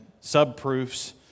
sub-proofs